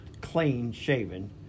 clean-shaven